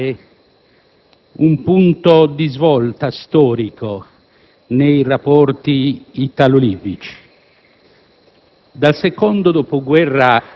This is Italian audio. potrà davvero segnare un punto di svolta storico nei rapporti italo-libici.